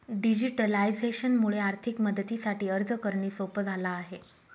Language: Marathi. डिजिटलायझेशन मुळे आर्थिक मदतीसाठी अर्ज करणे सोप झाला आहे